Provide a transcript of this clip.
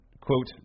Quote